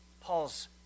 Paul's